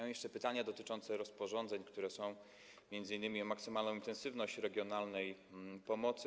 Mam jeszcze pytania dotyczące rozporządzeń, m.in. o maksymalną intensywność regionalnej pomocy.